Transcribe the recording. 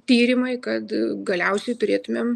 tyrimai kad galiausiai turėtumėm